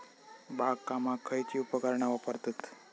बागकामाक खयची उपकरणा वापरतत?